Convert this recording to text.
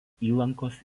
įlankos